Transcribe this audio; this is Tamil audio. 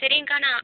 சரிங்கக்கா நான்